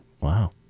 wow